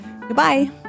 Goodbye